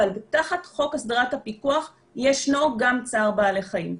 אבל תחת חוק הסדרת הפיקוח ישנו גם צער בעלי חיים.